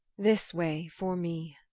this way for me.